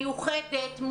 מיוחדת,